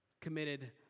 committed